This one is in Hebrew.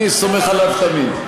אני סומך עליו תמיד.